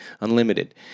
unlimited